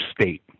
State